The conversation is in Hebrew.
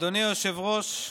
אדוני היושב-ראש,